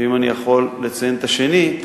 ואם אני יכול לציין את השני,